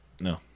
No